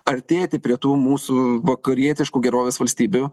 artėti prie tų mūsų vakarietiškų gerovės valstybių